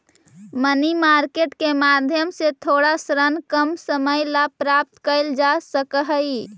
money market के माध्यम से छोटा ऋण कम समय ला प्राप्त कैल जा सकऽ हई